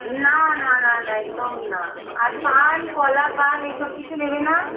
না না না না একদম না আর পান কলা পান এসব কিছু নেবে না